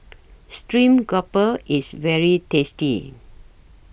Stream Grouper IS very tasty